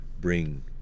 bring